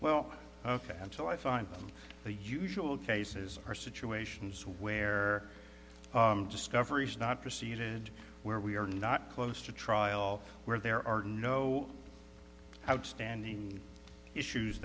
well ok until i find the usual cases are situations where discoveries not proceeded where we are not close to trial where there are no outstanding issues